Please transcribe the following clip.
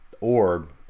Orb